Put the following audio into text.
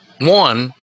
One